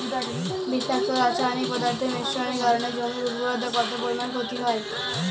বিষাক্ত রাসায়নিক পদার্থের মিশ্রণের কারণে জমির উর্বরতা কত পরিমাণ ক্ষতি হয়?